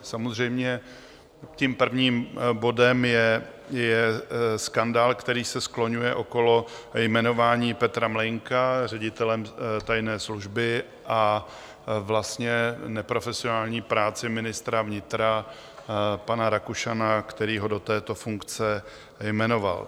Samozřejmě tím prvním bodem je skandál, který se skloňuje okolo jmenování Petra Mlejnka ředitelem tajné služby a vlastně neprofesionální práce ministra vnitra pana Rakušana, který ho do této funkce jmenoval.